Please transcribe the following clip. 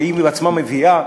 שהיא בעצמה מביאה.